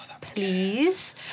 please